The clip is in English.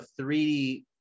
3D